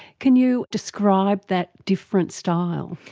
can you describe that different style?